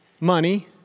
money